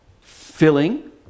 filling